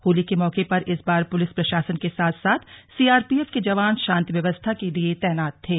होली के मौके इस बार पुलिस प्रशासन के साथ साथ सीआरपीएफ के जवान शान्ति व्यवस्था के लिए तैनात थे